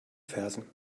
fersen